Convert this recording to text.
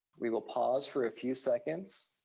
we will pause for a few seconds,